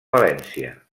valència